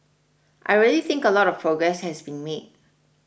I really think a lot of progress has been made